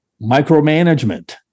Micromanagement